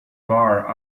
bar